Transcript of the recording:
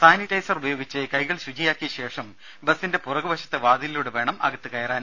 sanitiser ഉപയോഗിച്ച് കൈകൾ ശുചിയാക്കിയ ശേഷം ബസിന്റെ പുറകുവശത്തെ വാതിലിലൂടെ വേണം അകത്തു കയറാൻ